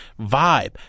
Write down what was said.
Vibe